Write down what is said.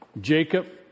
Jacob